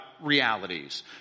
realities